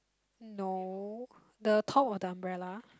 no the top of the umbrella